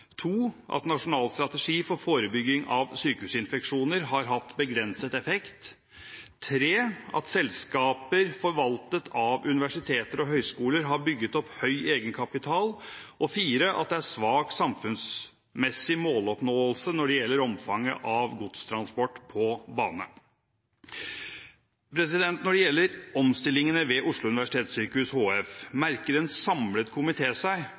to, at nasjonal strategi for forebygging av sykehusinfeksjoner har hatt begrenset effekt, tre, at selskaper forvaltet av universiteter og høyskoler har bygget opp høy egenkapital, og fire, at det er svak samfunnsmessig måloppnåelse når det gjelder omfanget av godstransport på bane. Når det gjelder omstillingene ved Oslo universitetssykehus HF, merker en samlet komité seg